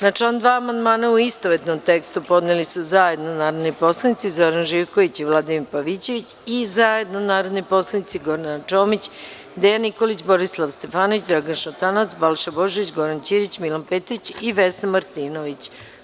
Na član 2. amandmane u istovetnom tekstu podneli su zajedno narodni poslanici Zoran Živković i Vladimir Pavićević i zajedno narodni poslanici Gordana Čomić, Dejan Nikolić, Borislav Stefanović, Dragan Šutanovac, Balša Božović, Goran Ćirić, Milan Petrić i Vesna Martinović.